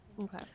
Okay